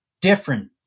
different